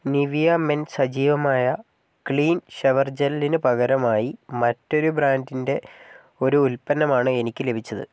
Nivea men സജീവമായ clean shower ജെല്ലിനു പകരമായി മറ്റൊരു ബ്രാൻഡിന്റെ ഒരു ഉൽപ്പന്നമാണ് എനിക്ക് ലഭിച്ചത്